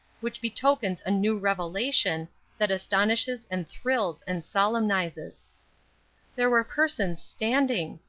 which betokens a new revelation, that astonishes and thrills and solemnizes. there were persons standing.